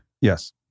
Yes